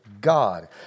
God